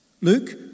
Luke